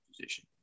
position